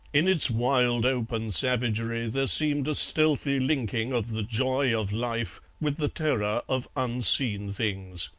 in its wild open savagery there seemed a stealthy linking of the joy of life with the terror of unseen things.